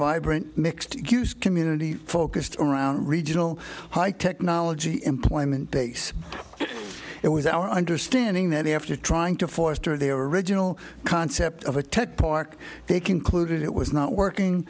vibrant mixed community focused around regional high technology employment base it was our understanding that after trying to forster their original concept of a tech park they concluded it was not working